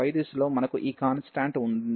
yదిశలో మనకు ఈ కాన్స్టాంట్ ఉంది